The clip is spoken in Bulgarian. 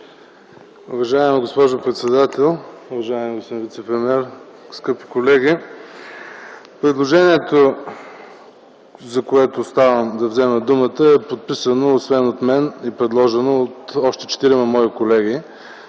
Уважаема госпожо председател, уважаеми господин вицепремиер, скъпи колеги! Предложението, за което ставам да взема думата, е подписано, предложено, освен от мен, от още четирима мои колеги,